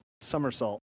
somersault